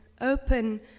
open